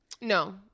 No